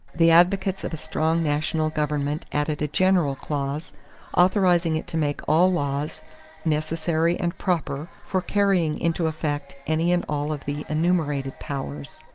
the advocates of a strong national government added a general clause authorizing it to make all laws necessary and proper for carrying into effect any and all of the enumerated powers.